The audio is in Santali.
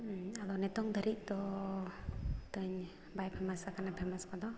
ᱟᱫᱚ ᱱᱤᱛᱳᱜ ᱫᱷᱟᱹᱵᱤᱡ ᱫᱚ ᱛᱟᱹᱧ ᱵᱟᱭ ᱯᱷᱮᱢᱟᱥᱟ ᱠᱟᱱᱟ ᱯᱷᱮᱢᱟᱥ ᱠᱚᱫᱚ